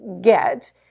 get